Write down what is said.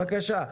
בבקשה.